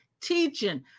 teaching